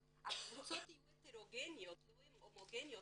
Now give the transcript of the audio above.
אבל הקבוצות יהיו הטרגוניות, לא הומוגניות.